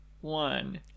one